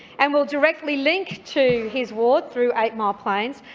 and will directly link to his ward through eight mile plains,